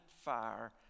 fire